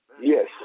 Yes